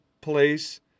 place